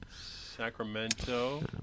Sacramento